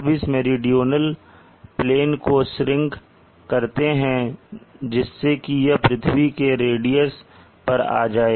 अब इस meridional plane को श्रिंक करते हैं जिससे कि यह पृथ्वी के रेडियस पर आ जाए